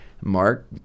Mark